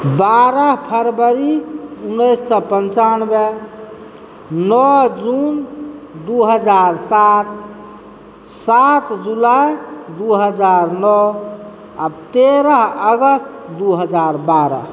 बारह फरवरी उन्नैस सए पंचानबे नओ जून दू हजार सात सात जुलाई दू हजार नओ आ तेरह अगस्त दू हजार बारह